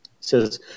says